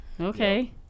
Okay